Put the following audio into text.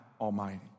almighty